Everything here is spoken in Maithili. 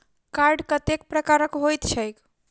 कार्ड कतेक प्रकारक होइत छैक?